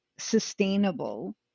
sustainable